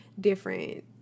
different